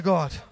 God